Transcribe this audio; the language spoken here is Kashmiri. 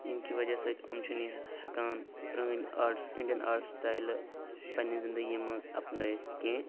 ییٚمہِ کہِ وجہ سۭتۍ یِم چھِنہٕ یہِ ہیٚکان پرٛٲنۍ آرٹٕس اِنڈیَن آرٹ سِٹایلہٕ پننہِ زِندگی منٛز اَپنٲیِتھ کیٚنٛہہ